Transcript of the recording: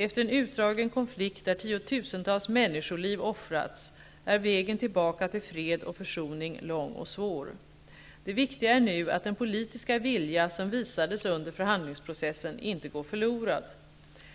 Efter en utdragen konflikt, där tiotusentals människoliv offrats, är vägen tillbaka till fred och försoning lång och svår. Det viktiga är nu att den politiska vilja som visades under förhandlingsprocessen inte går förlorad.